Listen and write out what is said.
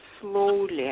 slowly